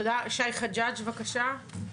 יש חג'ג', בבקשה.